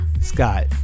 Scott